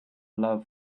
love